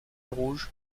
rouge